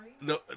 No